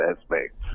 aspects